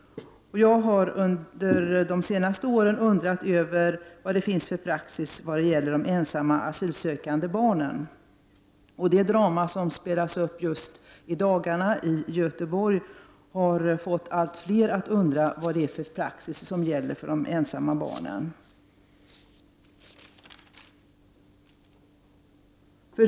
Jag har de senaste åren undrat över vilken praxis som finns beträffande de ensamma asylsökande barnen. Det drama som i dagarna har spelats upp i Göteborg har gjort att många undrar över vilken praxis som gäller för de ensamma barnen.